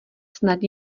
snad